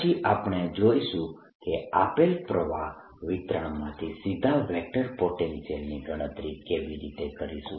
પછી આપણે જોઈશું કે આપેલ પ્રવાહ વિતરણમાંથી સીધા વેક્ટર પોટેન્શિયલની ગણતરી કેવી રીતે કરીશું